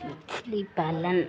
मछली पालन